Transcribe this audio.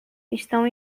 estão